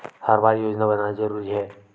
हर बार योजना बनाना जरूरी है?